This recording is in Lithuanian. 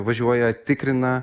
važiuoja tikrina